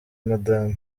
madamu